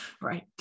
Right